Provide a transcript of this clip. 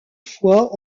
fois